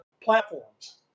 platforms